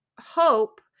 hope